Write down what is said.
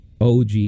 OG